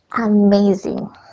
amazing